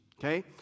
okay